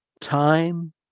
time